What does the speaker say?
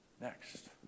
next